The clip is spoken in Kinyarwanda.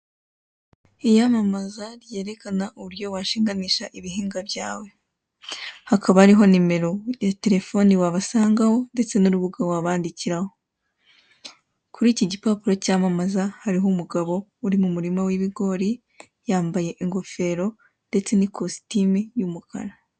Iyamamaza ryerekana uburyo washinganisha ibihingwa byawe. Hakaba hariho nimero ya terefone wabasangaho ndetse n'urubuga wabandikiraho. Kuri iki gipapuro cyamamaza hariho umugabo uri mu mumurima w'ibigori, yambaye ingofero ndetse n' ikositimi y'umukara.